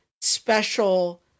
special